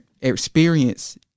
experience